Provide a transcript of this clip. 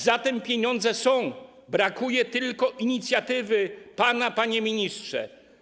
Zatem pieniądze są, brakuje tylko inicjatywy pana, panie ministrze.